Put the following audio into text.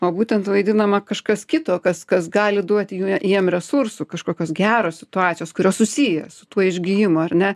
o būtent vaidinama kažkas kito kas kas gali duoti jiem resursų kažkokios geros situacijos kurios susiję su tuo išgijimu ar ne